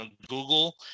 Google